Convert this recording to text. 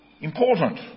important